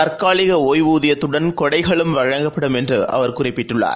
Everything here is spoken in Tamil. தற்காலிக ஒய்வூதியத்துடன் கொடைகளும் வழங்கப்படும் என்று அவர் குறிப்பிட்டுள்ளார்